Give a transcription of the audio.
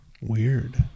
Weird